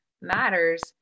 matters